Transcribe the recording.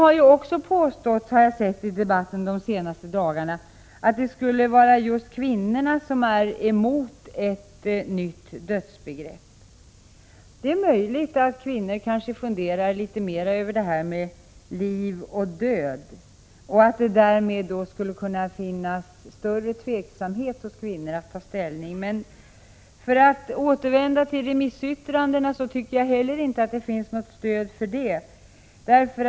Det har påståtts i debatten de senaste dagarna, att det skulle vara kvinnorna som är emot ett nytt dödsbegrepp. Det är möjligt att kvinnor funderar litet mer över frågor om liv och död och att det därmed skulle kunna råda större tveksamhet hos kvinnor när det gäller att ta ställning. Men för att återgå till remissyttrandena tycker jag att det inte finns något stöd för det påståendet.